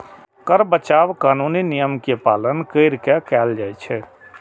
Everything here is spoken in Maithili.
कर बचाव कानूनी नियम के पालन कैर के कैल जाइ छै